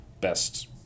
best